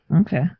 Okay